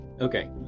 Okay